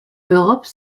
europe